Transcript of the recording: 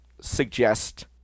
suggest